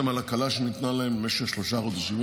על הקלה שניתנה להם למשך שלושה חודשים.